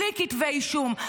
בלי כתבי אישום,